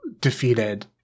defeated